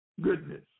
goodness